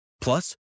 Plus